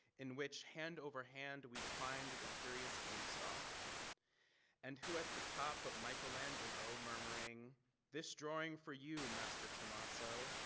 in which hand over hand we climbed the curious beanstalk and who at the top but michelangelo murmuring this drawing for you master tomaso,